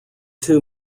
two